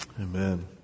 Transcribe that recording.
Amen